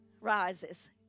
rises